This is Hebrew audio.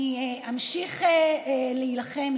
אני אמשיך להילחם,